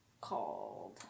called